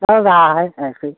चल रहा है ऐसे ही